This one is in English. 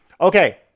Okay